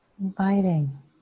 inviting